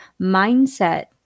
mindset